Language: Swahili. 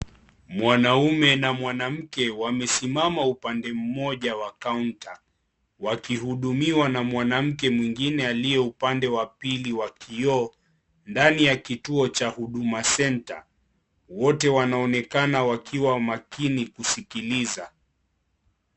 Mwanaume na mwamke wamesimama upande mmoja wa kaonta wakihudumiwa na mwanamke mwingine aliye upande wa pili wa kioo ndani ya kituo cha Huduma Center .Wote wanaonekana wakiwa makini kusikiliza.